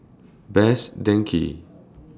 Best Denki